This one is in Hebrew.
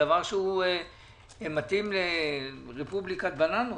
זה מתאים לרפובליקת בננות,